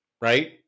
right